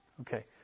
Okay